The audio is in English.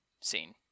scene